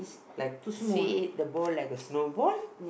like say the ball like a snowball